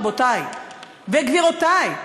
רבותי וגבירותי,